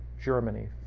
Germany